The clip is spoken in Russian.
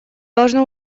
должно